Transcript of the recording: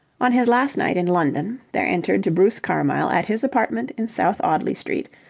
on his last night in london, there entered to bruce carmyle at his apartment in south audley street,